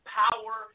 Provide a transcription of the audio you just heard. power